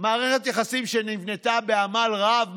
מערכת יחסים שנבנתה בעמל רב,